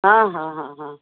हा हा हा हा हा